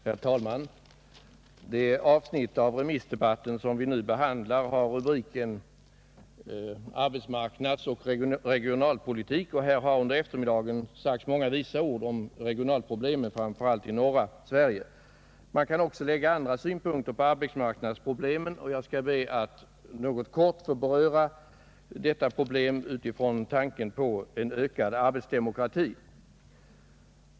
Herr talman! Det ansnitt av remissdebatten som vi nu behandlar har rubriken Arbetsmarknadsoch regionalpolitik. Under eftermiddagen har många visa ord sagts om regionalproblemen framför allt i norra Sverige. Man kan också lägga andra synpun kter på arbetsmarknadsproblemen, och jag skall be att helt kort få beröra dem utifrån tanken på ökad erbetsdemokrati.